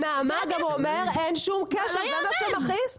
נעמה, הוא גם אומר שאין שום קשר, זה מה שמכעיס.